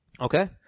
Okay